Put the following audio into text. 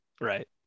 Right